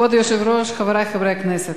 כבוד היושב-ראש, חברי חברי הכנסת,